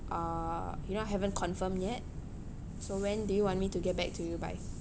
uh you know haven't confirmed yet so when do you want me to get back to you by